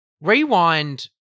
rewind